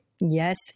Yes